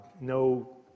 no